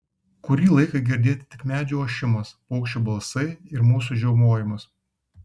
kurį laiką girdėti tik medžių ošimas paukščių balsai ir mūsų žiaumojimas